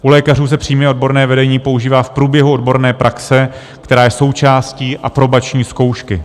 U lékařů se přímé odborné vedení používá v průběhu odborné praxe, která je součástí aprobační zkoušky.